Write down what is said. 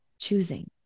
choosing